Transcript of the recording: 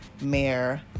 Mayor